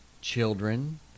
children